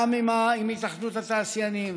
גם עם התאחדות התעשיינים,